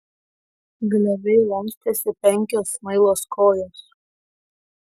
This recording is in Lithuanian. glebiai lankstėsi penkios smailos kojos